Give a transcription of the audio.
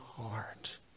heart